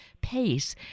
pace